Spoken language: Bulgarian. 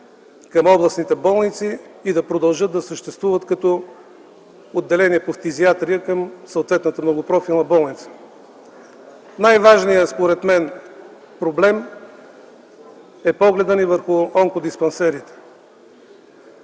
към областните болници и да продължат да съществуват като отделения по фтизиатрия към съответната многопрофилна болница. Най-важният, според мен, проблем е погледът ни върху онкодиспансерите.